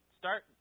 start